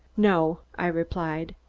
no i replied.